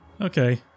Okay